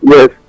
Yes